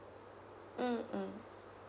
mm mm